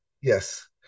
yes